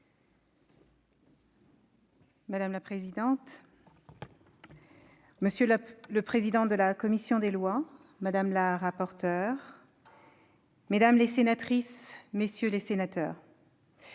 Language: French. Madame la présidente, monsieur le président de la commission des lois, madame la rapporteure, mesdames les sénatrices, messieurs les sénateurs,